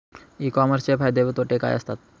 E कॉमर्सचे फायदे व तोटे काय असतात?